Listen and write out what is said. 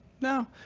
no